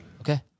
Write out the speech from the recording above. Okay